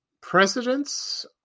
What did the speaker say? presidents